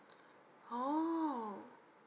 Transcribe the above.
oh